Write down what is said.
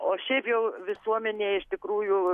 o šiaip jau visuomenė iš tikrųjų